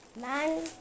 Man